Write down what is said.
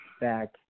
back